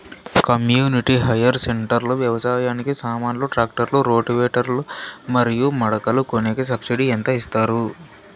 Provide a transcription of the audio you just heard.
community hire centre లో వ్యవసాయానికి సామాన్లు ట్రాక్టర్లు రోటివేటర్ లు మరియు మడకలు కొనేకి సబ్సిడి ఎంత ఇస్తారు